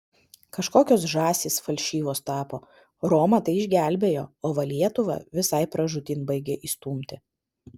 kažkokios žąsys falšyvos tapo romą tai išgelbėjo o va lietuvą visai pražūtin baigia įstumti